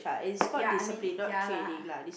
ya I mean ya lah